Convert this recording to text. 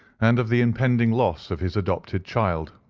and of the impending loss of his adopted child.